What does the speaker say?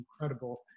incredible